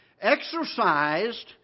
exercised